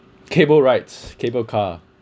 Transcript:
cable rides cable car